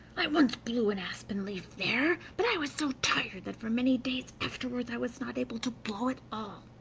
i once blew an aspen leaf there, but i was so tired that for many days afterward i was not able to blow at all.